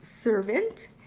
servant